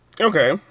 Okay